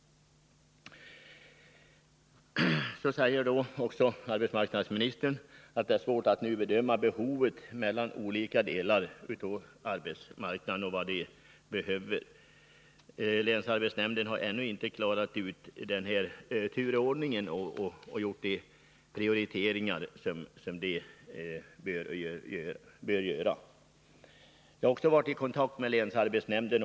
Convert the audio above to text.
Arbetsmarknadsministern säger också att det är svårt att nu bedöma behovet inom olika delar av arbetsmarknaden. Länsarbetsnämnden har ännu inte klarat ut turordningen och gjort de prioriteringar som den bör göra. Jag har också varit i kontakt med länsarbetsnämnden.